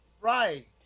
Right